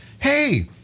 hey